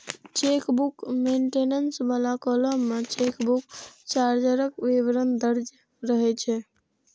chequebook maintenance बला column मे chequebook चार्जक विवरण दर्ज रहै छै